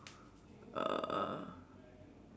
uh